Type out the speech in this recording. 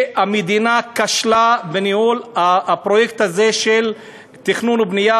המדינה כשלה בניהול הפרויקט הזה של תכנון ובנייה